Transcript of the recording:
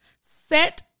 Set